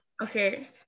Okay